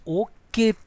okay